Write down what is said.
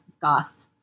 goth